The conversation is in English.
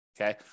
okay